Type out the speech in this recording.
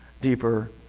deeper